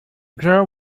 girl